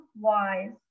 wise